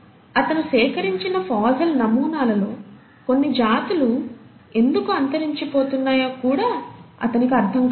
అతను సేకరించిన ఫాసిల్ నమూనాలలో కొన్ని జాతులు ఎందుకు అంతరించిపోతున్నాయో కూడా అతనికి అర్థం కాలేదు